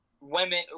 women